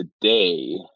today